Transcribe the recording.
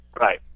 right